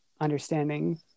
understanding